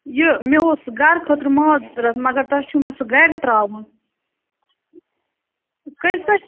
یہِ مےٚ اوس گَرٕ خٲطرٕ ماز ضروٗرت مگر تۄہہِ چھُو مےٚ سُہ گَرِ ترٛاوُن کٔژِ بَجہِ